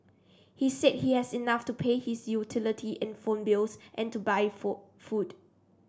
he said he has enough to pay his utility and phone bills and to buy food